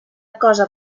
cosa